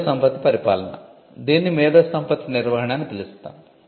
మేధోసంపత్తి పరిపాలన దీనిని మేధోసంపత్తి నిర్వహణ అని పిలుస్తాము